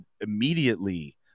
immediately